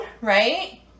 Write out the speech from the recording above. right